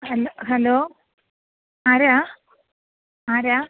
hello ആരാണ് ആരാണ്